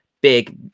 big